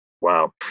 wow